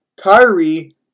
Kyrie